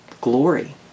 glory